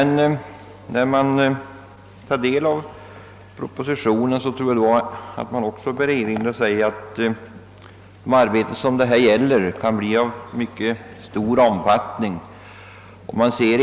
När man tar del av propositionen inser man att de arbeten det här är fråga om kan bli av mycket stor omfattning.